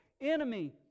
Enemy